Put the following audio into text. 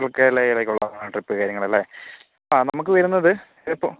good കേരളയിലേക്കുള്ളതാണ് trip കാര്യങ്ങൾ അല്ലേ ആ നമുക്ക് വരുന്നത് ഇപ്പോൾ